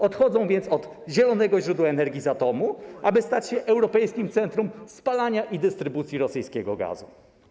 Odchodzą więc od zielonego źródła energii, energii z atomu, aby stać się europejskim centrum spalania i dystrybucji rosyjskiego gazu.